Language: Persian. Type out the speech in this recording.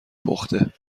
پخته